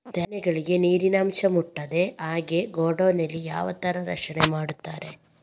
ಧಾನ್ಯಗಳಿಗೆ ನೀರಿನ ಅಂಶ ಮುಟ್ಟದ ಹಾಗೆ ಗೋಡೌನ್ ನಲ್ಲಿ ಯಾವ ತರ ರಕ್ಷಣೆ ಮಾಡ್ತಾರೆ?